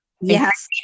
yes